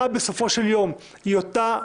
זה כמו כל סיעה משותפת, בהסכם כתוב.